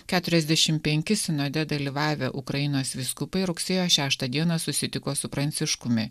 keturiasdešim penki sinode dalyvavę ukrainos vyskupai rugsėjo šeštą dieną susitiko su pranciškumi